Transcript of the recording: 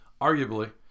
arguably